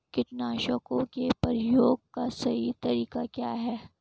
कीटनाशकों के प्रयोग का सही तरीका क्या है?